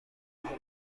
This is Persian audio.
آنها